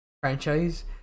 franchise